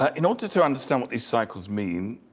ah in order to understand what these cycles mean,